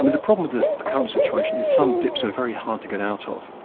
um the problem with this current situation is some dips are very hard to get out of,